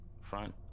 front